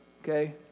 okay